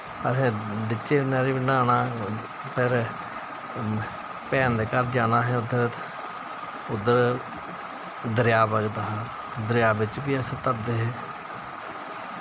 असें बिच्चे न्हाना पर भैन दे घर जाना असें उद्धर उद्धरा दरिया बगदा हा दरिया बिच्च बी अस तरदे हे